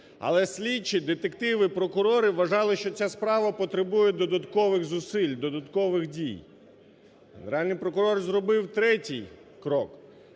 Але слідчі, детективи, прокурори вважали що ця справа потребує додаткових зусиль, додаткових дій. Генеральний прокурор зробив третій крок.